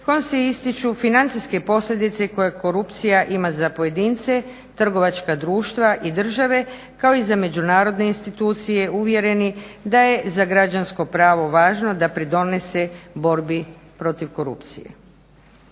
se ističu financijske posljedice koje korupcija ima za pojedince, trgovačka društva i države kao i za međunarodne institucije uvjereni da je za građansko pravo važno da pridonese borbi protiv korupcije.